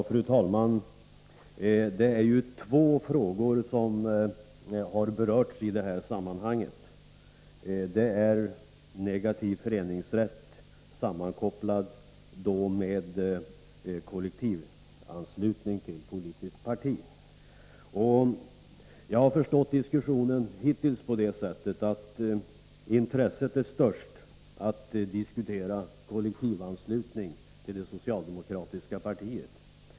Fru talman! Två frågor har berörts i det här sammanhanget, negativ föreningsrätt sammankopplad med kollektivanslutning till politiskt parti. Jag har förstått den hittills förda diskussionen på det sättet att intresset är störst att diskutera kollektivanslutningen till det socialdemokratiska partiet.